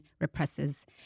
represses